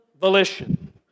volition